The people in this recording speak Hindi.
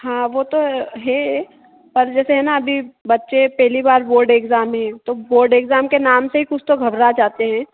हाँ वह तो है पर जैसे है ना अभी बच्चे पहली बार बोर्ड एग्ज़ाम है तो बोर्ड एग्ज़ाम के नाम से ही कुछ तो घबरा जाते हैं